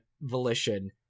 volition